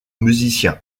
musiciens